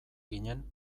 ginen